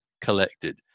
collected